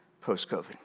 post-COVID